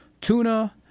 tuna